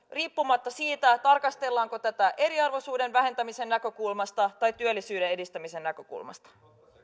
riippumatta siitä tarkastellaanko tätä eriarvoisuuden vähentämisen näkökulmasta vai työllisyyden edistämisen näkökulmasta